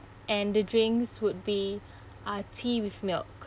and the drinks would be uh tea with milk